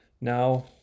Now